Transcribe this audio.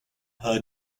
her